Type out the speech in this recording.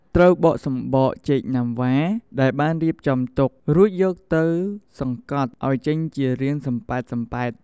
ត្រូវបកសម្បក ចេកណាំវ៉ា ដែលបានរៀបចំទុក រួចយកវាទៅសង្កត់អោយចេញជារាងសម្ពែតៗ។